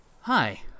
Hi